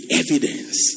evidence